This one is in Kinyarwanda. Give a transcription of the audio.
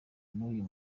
n’uyu